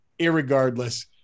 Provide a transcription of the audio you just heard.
Irregardless